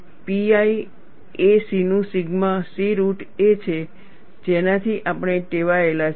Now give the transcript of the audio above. pi a c નું sigma c root એ છે જેનાથી આપણે ટેવાયેલા છીએ